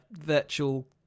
virtual